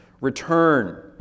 return